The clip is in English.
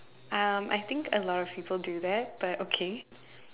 um I think a lot of people do that but okay